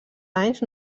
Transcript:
anys